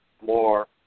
more